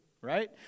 right